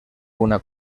una